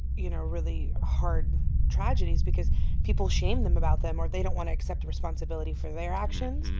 you know, really hard tragedies because people shame them about them, or they don't want to accept responsibility for their actions.